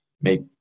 make